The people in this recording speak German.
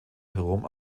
herum